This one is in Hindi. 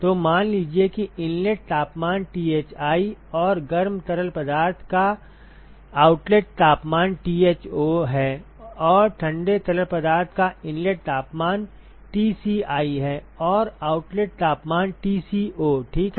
तो मान लीजिए कि इनलेट तापमान Thi और गर्म तरल पदार्थ का आउटलेट तापमान Tho है और ठंडे तरल पदार्थ का इनलेट तापमान TCi है और आउटलेट तापमान TCo ठीक है